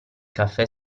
caffè